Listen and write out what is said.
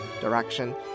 direction